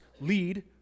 lead